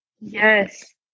Yes